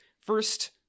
first